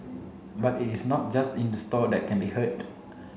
but it is not just in the store that can be heard